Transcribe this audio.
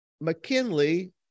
McKinley